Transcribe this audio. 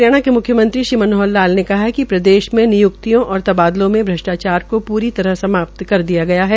हरियाणा के म्ख्यमंत्री श्री मनोहर लाल ने प्रदेश में निय्क्तियां और तबादले में श्वष्ट्राचार को पूरी तरह समाप्त कर दिया गया है